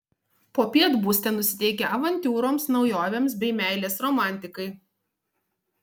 popiet būsite nusiteikę avantiūroms naujovėms bei meilės romantikai